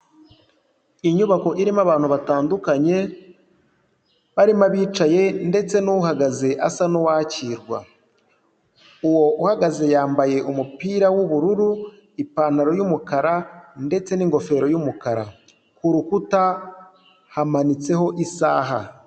Inyubako irimo abantu batandukanye, barimo abicaye ndetse n'uhagaze asa n'uwakirwa, uwo uhagaze yambaye umupira w'ubururu, ipantaro y'umukara ndetse n'ingofero y'umukara, ku rukuta hamanitseho isaha.